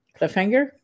cliffhanger